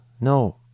No